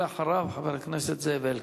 אחריו, חבר הכנסת זאב אלקין.